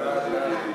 אחרת הייתי,